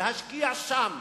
להשקיע שם.